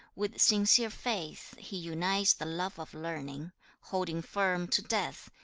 with sincere faith he unites the love of learning holding firm to death,